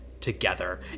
together